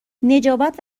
نجابت